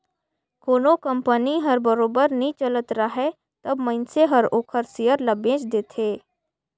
कोनो कंपनी हर बरोबर नी चलत राहय तब मइनसे हर ओखर सेयर ल बेंच देथे